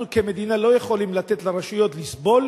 אנחנו כמדינה לא יכולים לתת לרשויות לסבול